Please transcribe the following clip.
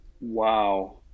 wow